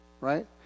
Right